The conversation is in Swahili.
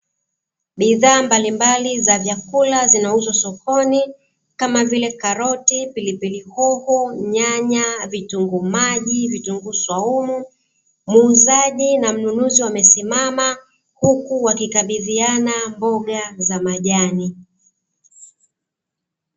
Bidhaa mbalimbali za vyakula zinauzwa sokoni kama vile karoti, pilipili hoho, nyanya, vitunguu maji, vitunguu swaumu. Muuzaji na mnunuzi wamesimama huku wakikabidhiana mboga za majani.